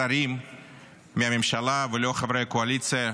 שרים מהממשלה ולא חברי הקואליציה,